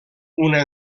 una